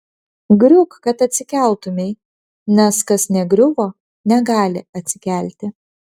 griūk kad atsikeltumei nes kas negriuvo negali atsikelti